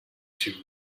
she